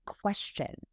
question